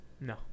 no